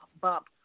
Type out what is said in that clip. bump